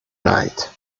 night